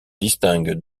distinguent